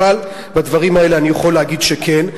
אבל בדברים האלה אני יכול להגיד שכן.